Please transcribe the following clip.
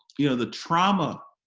you know the trauma?